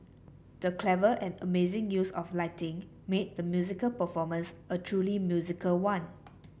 the clever and amazing use of lighting made the musical performance a truly musical one